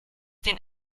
den